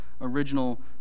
original